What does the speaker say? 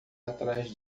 atrás